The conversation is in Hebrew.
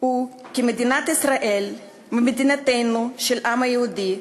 כי מדינת ישראל, מדינתו של העם היהודי,